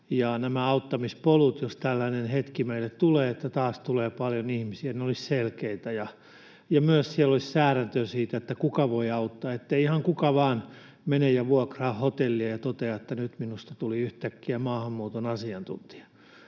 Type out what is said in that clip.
nämä auttamispolut, jos tällainen hetki meille tulee, että tulee taas paljon ihmisiä, olisivat selkeitä ja siellä olisi myös säädetty siitä, kuka voi auttaa, niin ettei ihan kuka vain mene ja vuokraa hotellia ja totea, että nyt minusta tuli yhtäkkiä maahanmuuton asiantuntija.